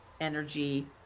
energy